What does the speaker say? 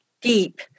deep